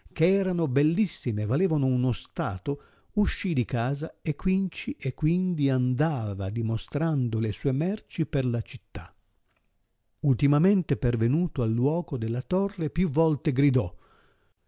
che erano bellissime e valevano uno stalo uscì di casa e quinci e quindi andava dimostrando le sue merci per la città ultimamente pervenuto al luoco della torre più volte gridò